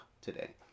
today